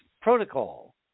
protocol